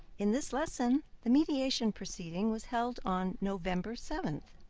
in this lesson the mediation proceeding was held on november seven,